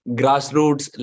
grassroots